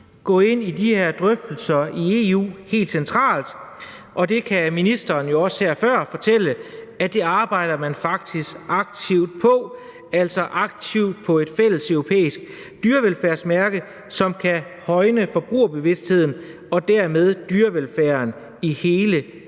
gå ind i de her drøftelser helt centralt i EU, og det kunne ministeren her jo også før fortælle at man faktisk arbejder aktivt på – altså arbejder aktivt på at få et fælles europæisk dyrevelfærdsmærke, som kan højne forbrugerbevidstheden og dermed dyrevelfærden i hele EU.